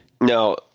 No